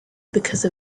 because